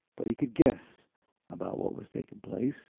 but he could guess about what was taking place.